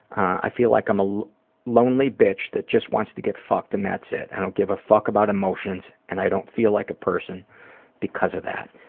i feel like i'm a lonely bitch that just wants to get fucked and that's it. i don't give a fuck about emotions and i don't feel like a person because of that.